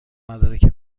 مدارک